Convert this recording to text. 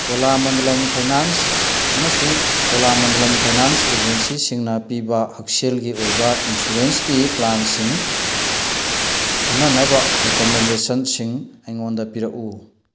cola Mandalam finance ꯑꯃꯁꯨꯡ Cholamandalam finance ꯑꯦꯖꯦꯁꯤꯁꯤꯡꯅ ꯄꯤꯕ ꯍꯛꯁꯦꯜꯒꯤ ꯑꯣꯏꯕ ꯏꯟꯁꯨꯔꯦꯟꯁꯀꯤ ꯄ꯭ꯂꯥꯟꯁꯤꯡ ꯈꯟꯅꯅꯕ ꯔꯦꯀꯃꯦꯟꯗꯦꯁꯟꯁꯤꯡ ꯑꯩꯉꯣꯟꯗ ꯄꯤꯔꯛꯎ